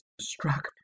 struck